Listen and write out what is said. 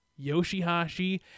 Yoshihashi